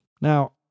Now